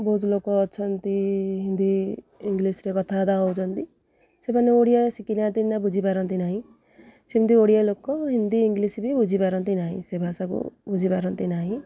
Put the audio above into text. ବହୁତ ଲୋକ ଅଛନ୍ତି ହିନ୍ଦୀ ଇଂଲିଶ୍ରେ କଥାବାର୍ତ୍ତା ହେଉଛନ୍ତି ସେମାନେ ଓଡ଼ିଆ ଶିଖି ନାହାନ୍ତି ନା ବୁଝିପାରନ୍ତି ନାହିଁ ସେମିତି ଓଡ଼ିଆ ଲୋକ ହିନ୍ଦୀ ଇଂଲିଶ୍ ବି ବୁଝିପାରନ୍ତି ନାହିଁ ସେ ଭାଷାକୁ ବୁଝିପାରନ୍ତି ନାହିଁ